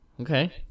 Okay